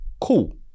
Cool